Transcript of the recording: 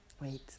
wait